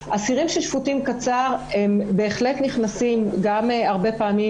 אסירים ששפוטים קצר בהחלט נכנסים גם הרבה פעמים